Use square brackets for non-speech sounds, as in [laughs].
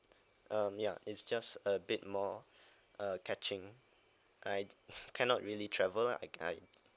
um ya it's just a bit more uh catching I [laughs] cannot really travel lah okay I